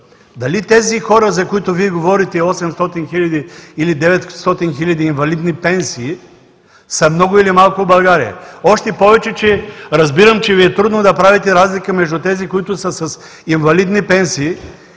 дали тези хора, за които Вие говорите, 800 хиляди или 900 хиляди инвалидни пенсии са много или малко в България. Още повече, че разбирам, че Ви е трудно да правите разлика между тези, които са с инвалидни пенсии,